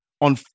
on